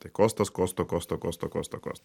tai kostas kosto kosto kosto kosto kosto